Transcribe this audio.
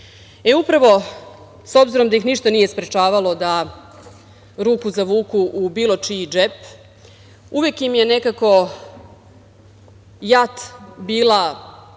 drugi. Upravo, s obzirom da ih ništa nije sprečavalo da ruku zavuku u bilo čiji džep, uvek im je nekako JAT bila